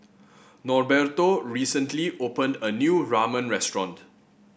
Norberto recently opened a new Ramen restaurant